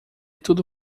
tudo